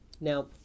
Now